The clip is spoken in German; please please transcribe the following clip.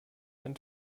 dann